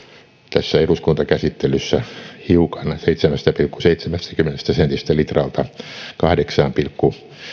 tässä eduskuntakäsittelyssä hiukan seitsemästä pilkku seitsemästäkymmenestä sentistä litralta kahdeksaan pilkku